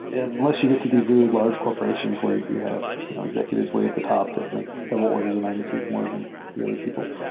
and unless you get to these really large corporations where you have you know executives way at the top that make several orders of magnitudes more than the other people.